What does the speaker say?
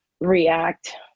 react